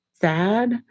sad